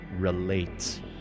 relate